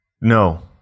No